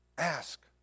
Ask